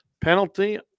Penalty